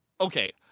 okay